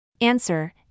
Answer